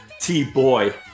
T-Boy